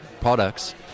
products